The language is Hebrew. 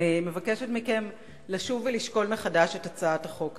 אני מבקשת מכם לשוב ולשקול מחדש את הצעת החוק הזאת,